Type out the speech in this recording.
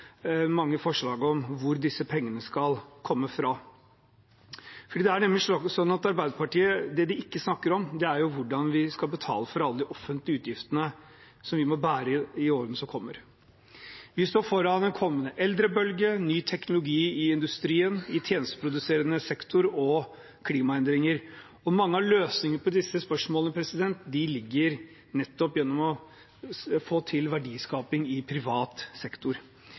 mange forslag til hvor disse pengene skal komme fra. For det er nemlig sånn at det Arbeiderpartiet ikke snakker om, er hvordan vi skal betale for alle de offentlige utgiftene som vi må bære i årene som kommer. Vi står foran en kommende eldrebølge, ny teknologi i industrien og i tjenesteproduserende sektor og klimaendringer. Mange av løsningene på disse spørsmålene ligger nettopp i å få til verdiskaping i privat sektor.